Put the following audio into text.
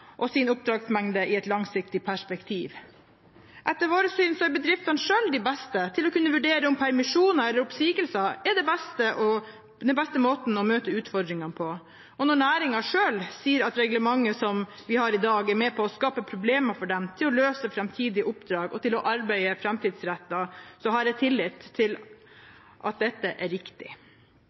og sin oppdragsmengde i et langsiktig perspektiv. Etter vårt syn er bedriftene selv de beste til å kunne vurdere om permisjoner eller oppsigelser er den beste måten å møte utfordringene på. Når næringen selv sier at reglementet som vi har i dag, er med på å skape problemer for dem med tanke på å løse framtidige oppdrag og å arbeide framtidsrettet, har jeg tillit til at dette er riktig.